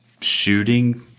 shooting